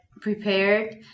prepared